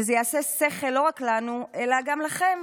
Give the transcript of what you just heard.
וזה יעשה שכל לא רק לנו אלא גם לכם,